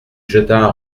jeta